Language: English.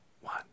one